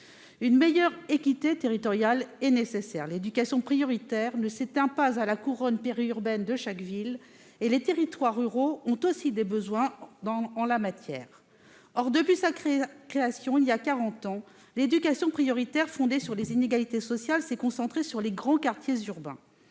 une meilleure équité territoriale est nécessaire. L'éducation prioritaire ne s'éteint pas à la couronne périurbaine de chaque ville et les territoires ruraux ont aussi des besoins en la matière. Or, depuis sa création, il y a quarante ans, l'éducation prioritaire fondée sur les inégalités sociales s'est concentrée sur les grands quartiers urbains.